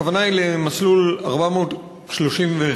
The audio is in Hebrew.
הכוונה היא למסלול 431,